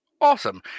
Awesome